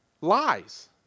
Lies